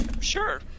Sure